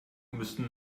müssen